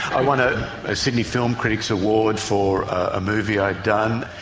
i won a sydney film critics award for a movie i'd done,